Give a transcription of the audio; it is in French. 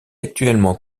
actuellement